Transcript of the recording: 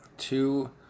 Two